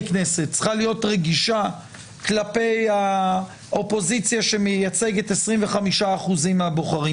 כנסת צריכה להיות רגישה כלפי האופוזיציה שמייצגת 25% מהבוחרים,